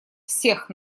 всех